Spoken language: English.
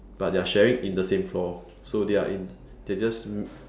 but they're sharing in the same floor so they are in they're just